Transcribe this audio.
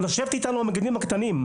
לשבת איתנו המגדלים הקטנים.